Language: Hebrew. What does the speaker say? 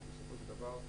ובסופו של דבר,